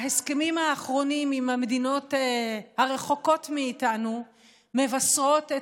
ההסכמים האחרונים עם המדינות הרחוקות מאיתנו מבשרים את